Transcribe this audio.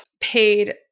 paid